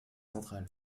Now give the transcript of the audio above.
centrale